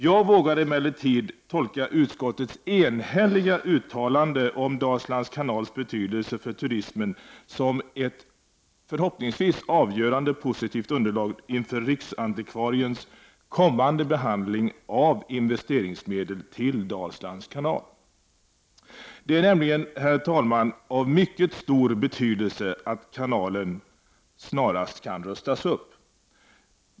Jag vågar emellertid tolka utskottets enhälliga uttalande om Dalslands kanals betydelse för turismen som ett förhoppningsvis avgörande positivt underlag inför riksantikvariens kommande behandling av investeringsmedel till Dalslands kanal. Det är nämligen, herr talman, av mycket stor betydelse att kanalen snarast kan rustas upp.